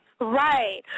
Right